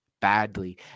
badly